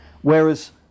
Whereas